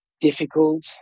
difficult